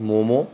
momo